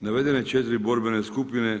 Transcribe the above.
Navedene četiri borbene skupine